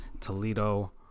toledo